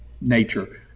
nature